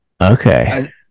Okay